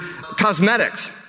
cosmetics